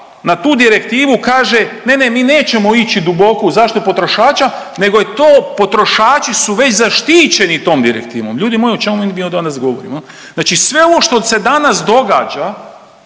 na tu direktivu kaže ne, ne mi nećemo ići duboko u zaštitu potrošača nego je to, potrošači su već zaštićeni tom direktivom. Ljudi moji o čemu mi onda danas govorimo jel? Znači sve ovo što se danas događa